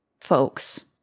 folks